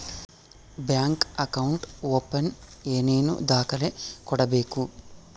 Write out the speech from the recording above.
Bank account open ಏನೇನು ದಾಖಲೆ ಕೊಡಬೇಕು?